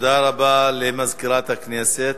תודה רבה למזכירת הכנסת.